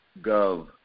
Gov